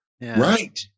Right